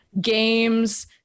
games